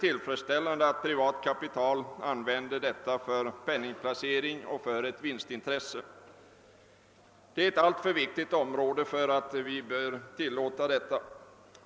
Bostäderna är ett alltför viktigt område för att vi skall kunna tillåta att privat kapital användes för penningplacering i vinstsyfte.